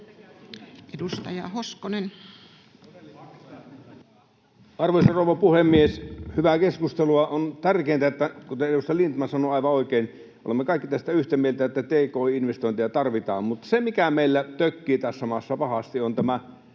14:33 Content: Arvoisa rouva puhemies! Hyvää keskustelua. On tärkeintä, kuten edustaja Lindtman sanoi aivan oikein, että olemme kaikki yhtä mieltä tästä, että tk-investointeja tarvitaan. Mutta se, mikä meillä tökkii tässä maassa pahasti, on tämä